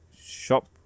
shop